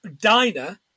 diner